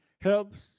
helps